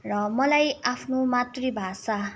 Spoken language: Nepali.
र मलाई आफ्नो मातृभाषा